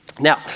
Now